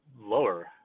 lower